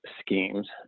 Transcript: schemes